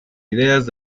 ideas